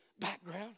background